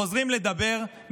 חוזרים לדבר,